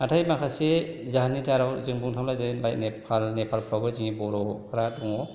नाथाय माखासे जाहोननि दाराव जों बुंनो थाङोब्ला जों नेपाल नेपालफ्रावबो जोंनि बर'फोरा दङ